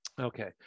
Okay